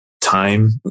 time